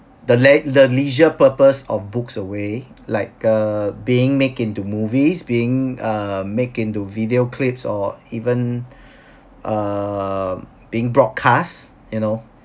the late the leisure purpose of books away like uh being make into movies being uh make into video clips or even err being broadcast you know